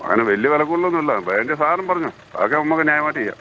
അങ്ങനെ വലിയ വില കൂടുതൽ ഒന്നും ഇല്ല വേണ്ടത് സാറും പറഞ്ഞോളൂ അതൊക്കെ നമുക്ക് ന്യായമായിട്ട് ചെയ്യാം